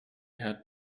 had